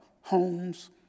homes